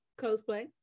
cosplay